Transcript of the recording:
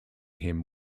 him